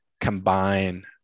combine